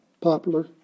popular